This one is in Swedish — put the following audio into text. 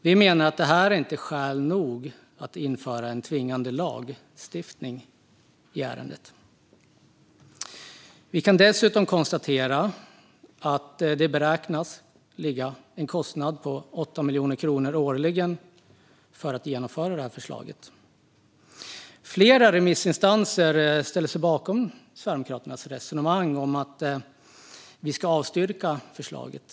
Vi menar att det inte är skäl nog att införa en tvingande lagstiftning i ärendet. Vi kan dessutom konstatera att det beräknas ligga en kostnad på 8 miljoner kronor årligen för att genomföra förslaget. Flera remissinstanser ställer sig bakom Sverigedemokraternas resonemang om att vi ska avstyrka förslaget.